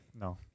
no